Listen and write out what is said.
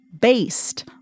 based